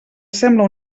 sembla